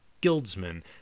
guildsmen